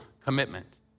commitment